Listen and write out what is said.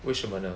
为什么呢